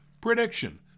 Prediction